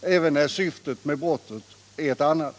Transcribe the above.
även när syftet med brottet är ett annat.